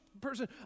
person